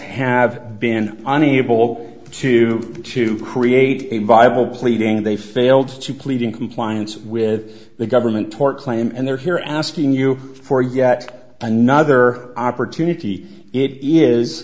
have been unable to to create a viable pleading they failed to plead in compliance with the government tort claim and they're here asking you for yet another opportunity it is